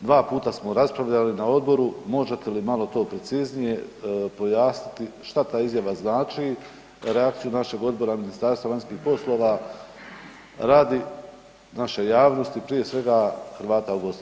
dva puta smo raspravljali na odboru, možete li malo to preciznije pojasniti šta ta izjava znači, reakciju našeg odbora i Ministarstva vanjskih poslova radi naše javnosti prije svega Hrvata u BiH.